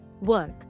work